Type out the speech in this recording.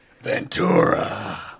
Ventura